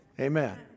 Amen